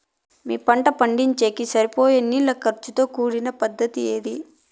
మీ పంట పండించేకి సరిపోయే నీళ్ల ఖర్చు తో కూడిన పద్ధతి ఏది?